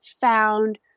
found